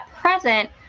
present